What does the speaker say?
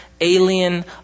alien